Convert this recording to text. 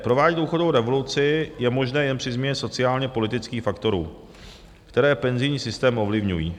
Provádět důchodovou revoluci je možné jen při změně sociálněpolitických faktorů, které penzijní systém ovlivňují.